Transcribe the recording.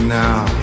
now